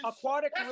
Aquatic